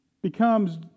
Becomes